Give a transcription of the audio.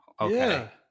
Okay